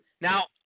Now